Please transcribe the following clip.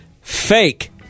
fake